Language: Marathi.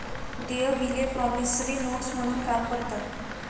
देय बिले प्रॉमिसरी नोट्स म्हणून काम करतात